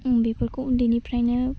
ओम बेफोरखौ उन्दैनिफ्रायनो